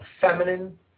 feminine